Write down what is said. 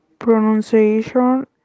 Pronunciation